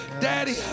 Daddy